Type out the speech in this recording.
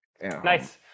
Nice